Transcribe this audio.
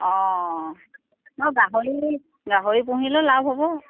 অঁ মই গাহৰি গাহৰি পুহিলে লাভ হ'ব